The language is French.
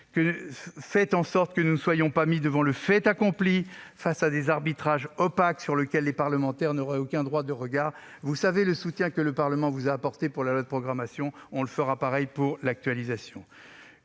Faites en sorte que nous ne soyons pas mis devant le fait accompli, face à des arbitrages opaques sur lesquels les parlementaires n'auraient aucun droit de regard. Vous savez le soutien que le Parlement vous a apporté pour la LPM, il en sera de même pour son actualisation.